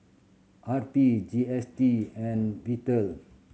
R P G S T and Peter